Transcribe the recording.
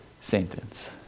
sentence